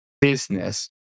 business